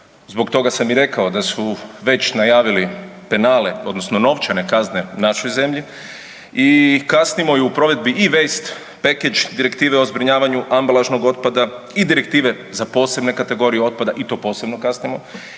zbog toga sam i rekao da su već najavili penale odnosno novčane kazne našoj zemlji i kasnimo i u provedbi i Westpackage direktive o zbrinjavanju ambalažnog otpada i direktive za posebne kategorije otpada i to posebno kasnimo.